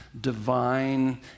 divine